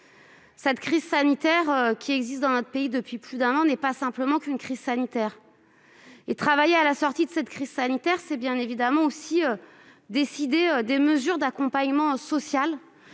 ce n'est pas grave ! La crise que notre pays subit depuis plus d'un an n'est pas simplement une crise sanitaire. Travailler à la sortie de la crise sanitaire, c'est bien évidemment aussi décider de mesures d'accompagnement social,